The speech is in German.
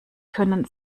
können